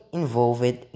involved